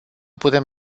putem